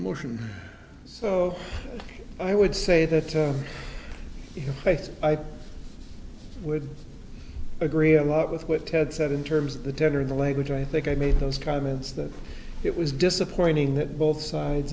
motion so i would say that to your face i would agree a lot with what ted said in terms of the tenor of the language i think i made those comments that it was disappointing that both sides